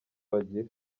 bagira